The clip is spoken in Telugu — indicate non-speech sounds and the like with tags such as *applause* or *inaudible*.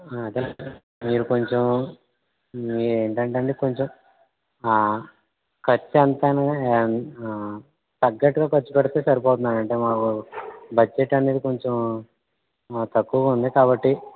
అదేనండి మీరు కొంచెం ఏంటంటే అండి కొంచెం ఖర్చు ఎంతైనాకాని *unintelligible* తగ్గట్టుగా ఖర్చు పెడితే సరిపొద్దండి మాకు బడ్జెట్ అనేది కొంచం తక్కువ ఉంది కాబట్టి